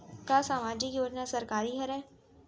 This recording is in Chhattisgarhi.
का सामाजिक योजना सरकारी हरे?